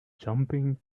jumping